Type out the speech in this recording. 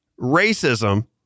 racism